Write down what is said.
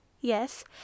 Yes